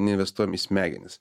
neinvestuojam į smegenis